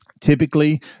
Typically